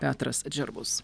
petras džervus